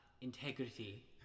integrity